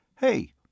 Hey